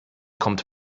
kommt